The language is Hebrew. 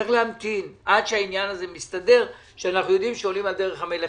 צריך להמתין עד שהעניין הזה מסתדר - שאנחנו יודעים שעולים על דרך המלך.